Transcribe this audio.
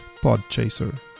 podchaser